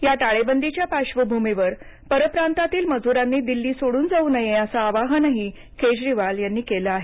या टाळेबंदीच्या पार्श्वभूमीवर परप्रांतातील मजुरांनी दिल्ली सोडून जाऊ नये असं आवाहन ही केजरीवाल यांनी केलं आहे